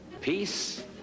peace